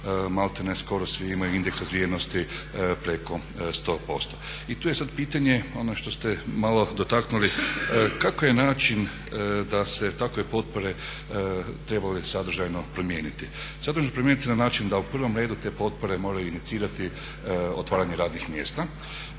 maltene skoro svi imaju indeks razvijenosti preko 100%. I tu je sad pitanje ono što ste malo dotaknuli kako je način da se takve potpore trebale sadržajno promijeniti, sadržajno promijeniti na način da u prvom redu te potpore moraju inicirati otvaranje radnih mjesta,